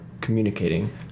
communicating